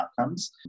outcomes